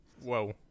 Whoa